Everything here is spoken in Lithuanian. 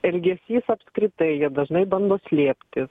elgesys apskritai jie dažnai bando slėpti